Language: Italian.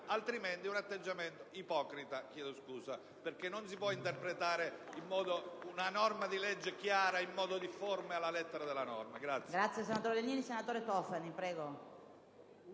altrimenti è un atteggiamento ipocrita - chiedo scusa - perché non si può interpretare una norma di legge chiara in modo difforme dalla lettera della norma.